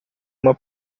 uma